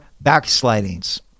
backslidings